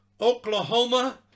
Oklahoma